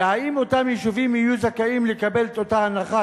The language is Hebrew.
והאם אותם יישובים יהיו זכאים לקבל את אותה הנחה,